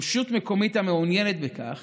רשות מקומית המעוניינת בכך